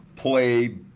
play